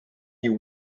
you